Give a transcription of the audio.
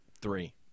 Three